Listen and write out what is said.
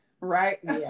right